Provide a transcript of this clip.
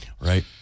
Right